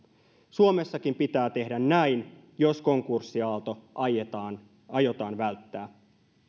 suomessakin pitää tehdä näin jos konkurssiaalto aiotaan aiotaan välttää